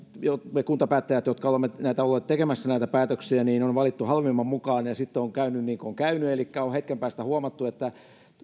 me kuntapäättäjät jotka olemme olleet tekemässä näitä päätöksiä olemme valinneet halvimman mukaan ja sitten on käynyt niin kuin on käynyt elikkä on hetken päästä huomattu että